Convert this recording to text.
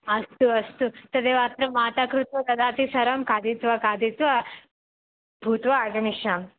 अस्तु अस्तु तदेव अत्र माता कृत्वा ददाति सर्वं खादित्वा खादित्वा भूत्वा आगमिष्यामि